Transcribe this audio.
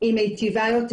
מיטיבה יותר.